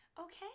Okay